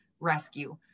rescue